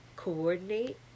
coordinate